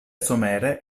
somere